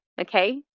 okay